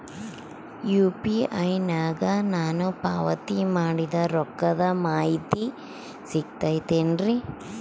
UPI ನಾಗ ನಾನು ಪಾವತಿ ಮಾಡಿದ ರೊಕ್ಕದ ಮಾಹಿತಿ ಸಿಗುತೈತೇನ್ರಿ?